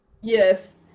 Yes